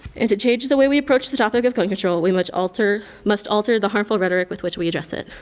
and to change the way we approach the topic of gun control we must alter must alter the harmful rhetoric with which we address it.